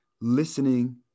listening